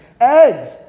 eggs